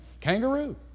kangaroo